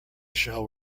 shall